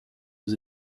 aux